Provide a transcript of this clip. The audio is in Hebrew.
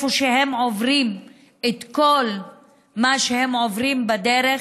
שהם עוברים את כל מה שהם עוברים בדרך,